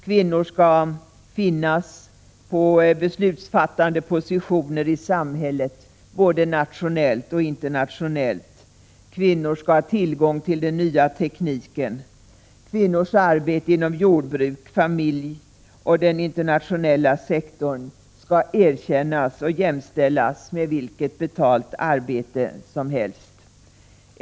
Kvinnor skall finnas på beslutsfattande positioner i samhället, både nationellt och internationellt. Kvinnor skall ha tillgång till den nya tekniken. Kvinnors arbete inom jordbruket, familjen och den internationella sektorn skall erkännas och jämställas med vilket betalt arbete som helst.